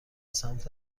سمت